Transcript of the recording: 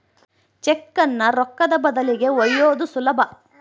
ಚೆಕ್ಕುನ್ನ ರೊಕ್ಕದ ಬದಲಿಗಿ ಒಯ್ಯೋದು ಸುಲಭ